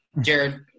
Jared